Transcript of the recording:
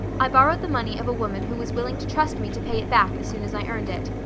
i borrowed the money of a woman who was willing to trust me to pay it back as soon as i earned it.